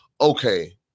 okay